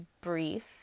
brief